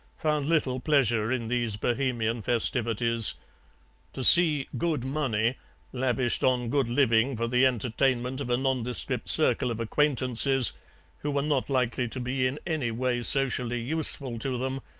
found little pleasure in these bohemian festivities to see good money lavished on good living for the entertainment of a nondescript circle of acquaintances who were not likely to be in any way socially useful to them,